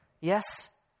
Yes